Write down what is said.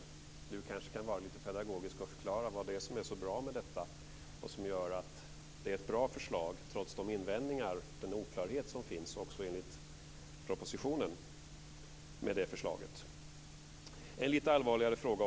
Pär Axel Sahlberg kanske kan vara lite pedagogisk och förklara vad det är som är så bra med detta och som gör att det är ett bra förslag trots de invändningar och den oklarhet som finns också enligt propositionen med detta förslag. Jag har också en lite allvarligare fråga.